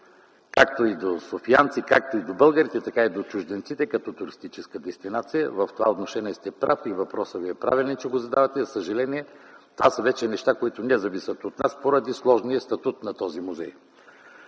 както на софиянци, на българите, така и до чужденците като туристическа дестинация. В това отношение сте прав, въпросът Ви е правилен. За съжаление, това са неща, които не зависят от нас, поради сложния статут на този музей.